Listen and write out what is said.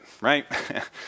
right